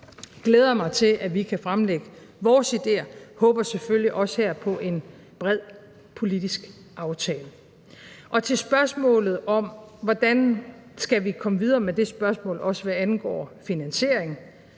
glæder mig til, at vi kan fremlægge vores ideer, og jeg håber selvfølgelig også her på en bred politisk aftale. Til spørgsmålet om, hvordan vi skal komme videre med det spørgsmål, også hvad angår finansiering,